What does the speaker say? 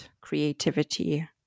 creativity